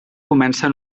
comença